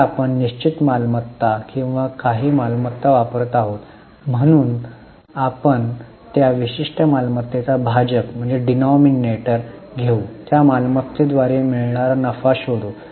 आता आपण निश्चित मालमत्ता किंवा काही मालमत्ता वापरत आहोत म्हणून आपण त्या विशिष्ट मालमत्तेचा भाजक डिनॉमिनेटर घेऊ आणि त्या मालमत्तेद्वारे मिळणारा नफा शोधू